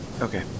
Okay